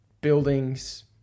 buildings